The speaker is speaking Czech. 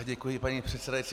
Děkuji, paní předsedající.